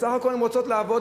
בסך הכול הן רוצות לעבוד,